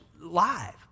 live